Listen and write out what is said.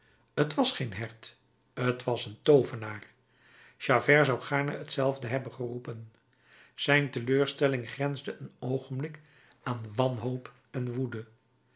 t was geen hert t was een toovenaar javert zou gaarne hetzelfde hebben geroepen zijn teleurstelling grensde een oogenblik aan wanhoop en woede